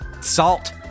Salt